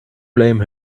blame